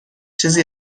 چیزی